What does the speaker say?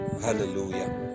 Hallelujah